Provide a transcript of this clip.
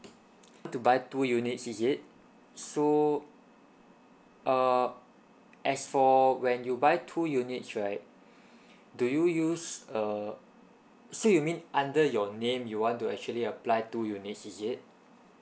to buy two units is it so err as for when you buy two units right do you use uh so you mean under your name you want to actually apply two units is it